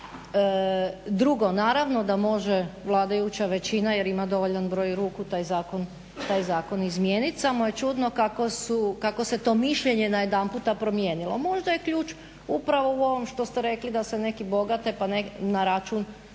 Drugo, naravno da može vladajuća većina jer ima dovoljan broj ruku taj zakon izmijeniti samo je čudno kako se to mišljenje najedanput promijenilo. Možda je ključ upravo u ovome što ste rekli da se neki bogate na račun